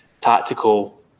tactical